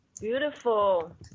Beautiful